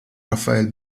rafael